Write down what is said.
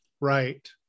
Right